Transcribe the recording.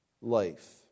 life